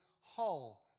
whole